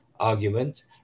argument